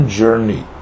journey